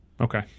Okay